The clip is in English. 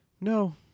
No